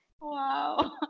Wow